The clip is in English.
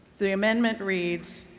the amendment reads,